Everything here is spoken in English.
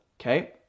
okay